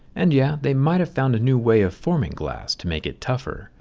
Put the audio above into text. and yeah, they might have found a new way of forming glass to make it tougher,